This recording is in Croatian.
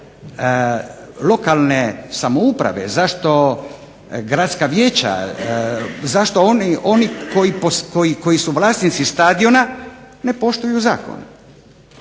zašto lokalne samouprave, zašto gradska vijeća, zašto oni koji su vlasnici stadiona ne poštuju zakon.